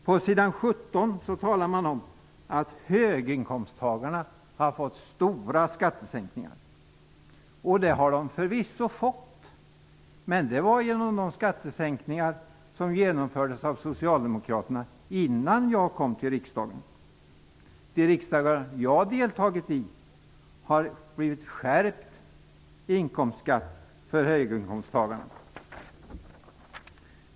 På s. 17 talar man om att höginkomsttagarna har fått stora skattesänkningar. Det har de förvisso fått, men det var genom de skattesänkningar som genomfördes av socialdemokraterna innan jag kom till riksdagen. De riksdagar jag har deltagit i har skärpt inkomstskatterna för höginkomsttagarna.